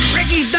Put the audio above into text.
Ricky